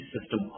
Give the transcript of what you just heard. system